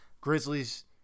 Grizzlies